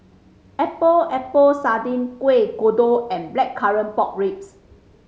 Epok Epok Sardin Kueh Kodok and Blackcurrant Pork Ribs